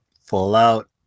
fallout